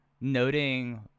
noting